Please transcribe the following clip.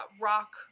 rock